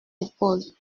épaules